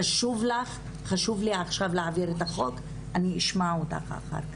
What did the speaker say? חשוב לי עכשיו להעביר את החוק ואני אשמע אותך אחר כך,